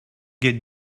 get